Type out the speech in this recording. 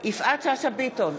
יפעת שאשא ביטון,